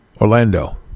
Orlando